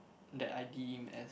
that I deem as